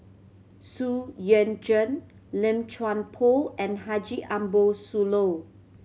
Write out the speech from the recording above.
Xu Yuan Zhen Lim Chuan Poh and Haji Ambo Sooloh